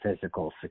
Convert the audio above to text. physical